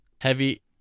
heavy